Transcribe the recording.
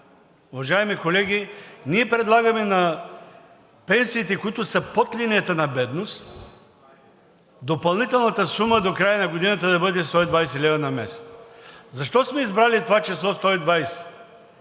уважаеми колеги. Ние предлагаме на пенсиите, които са под линията на бедност, допълнителната сума до края на годината да бъде 120 лв. на месец. Защо сме избрали това число 120?